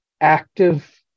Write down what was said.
active